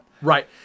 Right